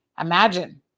imagine